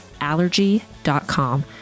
Allergy.com